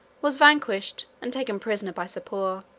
was vanquished, and taken prisoner by sapor.